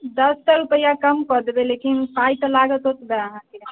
दस टा रुपैआ कम कऽ देबै लेकिन पाइ तऽ लागत ओतबे अहाँके